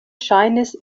ŝajnis